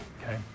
Okay